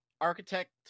Architect